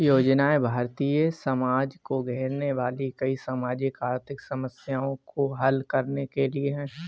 योजनाएं भारतीय समाज को घेरने वाली कई सामाजिक आर्थिक समस्याओं को हल करने के लिए है